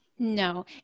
No